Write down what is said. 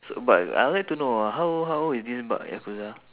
so but I would like to know ah how old how old is this bak yakuza